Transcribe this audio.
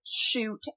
shoot